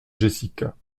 jessica